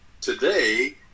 Today